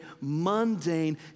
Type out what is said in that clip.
mundane